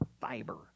fiber